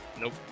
Nope